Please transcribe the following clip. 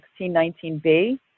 1619B